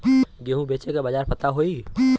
गेहूँ बेचे के बाजार पता होई?